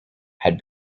had